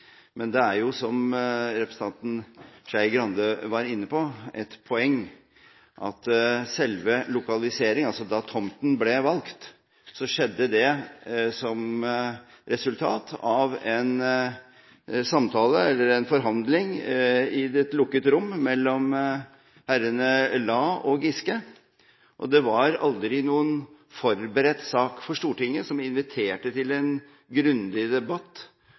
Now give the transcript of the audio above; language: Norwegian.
Men det er, som representanten Skei Grande var inne på, et poeng at da tomten ble valgt, skjedde det som resultat av en forhandling mellom herrene Lae og Giske i et lukket rom. Det var aldri noen forberedt sak for Stortinget som inviterte til en grundig debatt